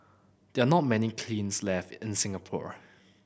there are not many kilns left in Singapore